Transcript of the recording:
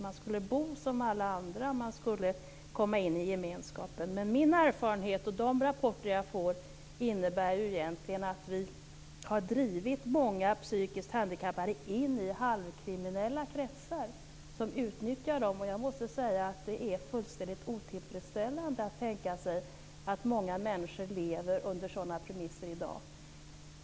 Man skulle bo som alla andra och komma in i gemenskapen. Min erfarenhet och de rapporter jag får innebär egentligen att vi har drivit många psykiskt handikappade in i halvkriminella kretsar som utnyttjar dem. Det är fullständigt otillfredsställande att många människor lever under sådana premisser i dag.